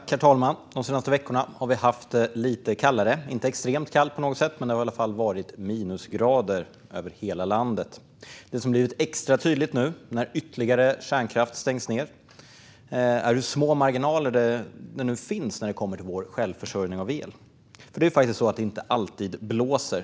Herr talman! De senaste veckorna har vi haft det lite kallare. Det har inte varit extremt kallt på något sätt, men det har i alla fall varit minusgrader över hela landet. Det som har blivit extra tydligt nu när ytterligare kärnkraft stängs ned är hur små marginaler det finns när det gäller vår självförsörjning av el. Det är faktiskt så att det inte alltid blåser.